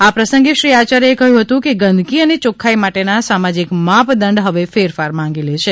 આ પ્રસંગે શ્રી આયાર્યએ કહ્યું હતું કે ગંદકી અને ચોખ્ખાઇ માટેના સામાજિક માપદંડ હવે ફેરફાર માંગી લે છે